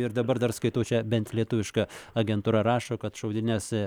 ir dabar dar skaitau čia bent lietuviška agentūra rašo kad šaudynes